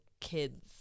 kids